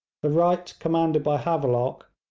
the right commanded by havelock,